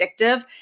addictive